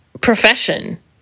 profession